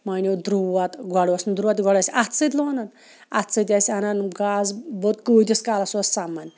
مٲنِو درٛوت گۄڈٕ اوس نہٕ درٛوت گۄڈٕ ٲسۍ اَتھٕ سۭتۍ لونان اَتھٕ سۭتۍ ٲسۍ اَنان گاسہٕ بوٚد کۭتِس کالَس اوس سَمان